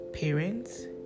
parents